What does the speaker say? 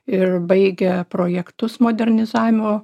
ir baigia projektus modernizavimo